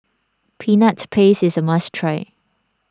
Peanut Paste is a must try